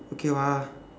okay வா:vaa